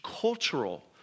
cultural